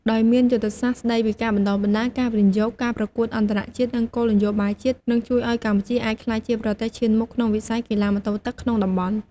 ដោយមានយុទ្ធសាស្ត្រស្តីពីការបណ្តុះបណ្តាល ការវិនិយោគ ការប្រកួតអន្តរជាតិ និងគោលនយោបាយជាតិ នឹងជួយឱ្យកម្ពុជាអាចក្លាយជាប្រទេសឈានមុខក្នុងវិស័យកីឡាម៉ូតូទឹកក្នុងតំបន់។